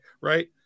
Right